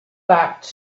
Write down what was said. back